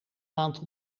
maand